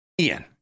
Ian